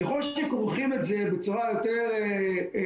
ככל שכורכים את זה בצורה יותר הדוקה,